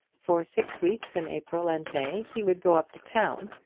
for six weeks in april and may he would go up to town,